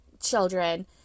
children